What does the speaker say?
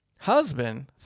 Husband